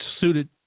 suited